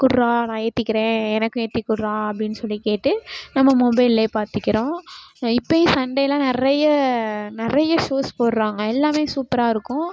குடுறா நான் ஏற்றிக்கிறேன் எனக்கும் ஏற்றிக் கொட்றா அப்படின்னு சொல்லிக் கேட்டு நம்ம மொபைல்லையே பார்த்திக்குறோம் இப்போயும் சண்டேயெலாம் நிறைய நிறைய ஷோஸ் போடுறாங்க எல்லாமே சூப்பராக இருக்கும்